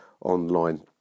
online